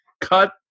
cut